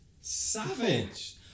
savage